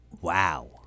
Wow